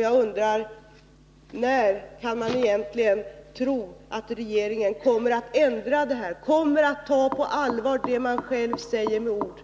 Jag undrar: När kommer regeringen egentligen att ändra detta, ta på allvar det man själv säger med ord